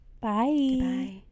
bye